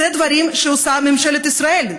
אלה דברים שעושה ממשלת ישראל.